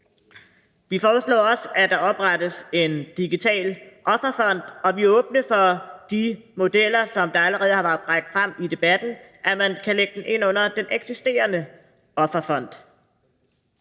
Vi foreslår også, at der oprettes en digital offerfond, og vi er åbne for de modeller, som allerede har været bragt frem i debatten, om, at man kan lægge dem ind under den eksisterende Offerfond.